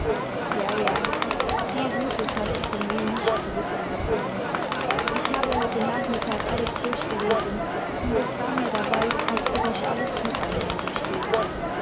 ja ja viel gutes hast du von mir nicht zu wissen bekommen ich habe heute nachmittag alles durchgelesen und es war mir dabei als ob ich alles noch einmal durchlebte